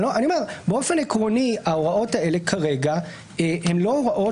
באופן עקרוני ההוראות האלה כרגע הן לא הוראות